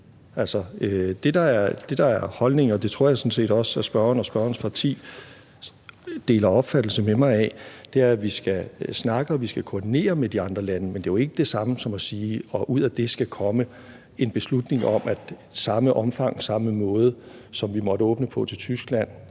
Det, der er holdningen, og det tror jeg sådan set også spørgeren og spørgerens parti deler opfattelse med mig af, er, at vi skal snakke og koordinere med de andre lande, men det er jo ikke det samme som at sige, at der ud af det skal komme en beslutning om, at det skal foregå på præcis samme måde ved åbningen